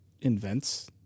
invents